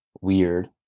weird